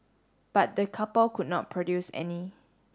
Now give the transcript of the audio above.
but the couple could not produce any